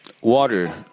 Water